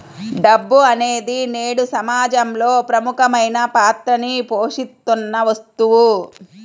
డబ్బు అనేది నేడు సమాజంలో ప్రముఖమైన పాత్రని పోషిత్తున్న వస్తువు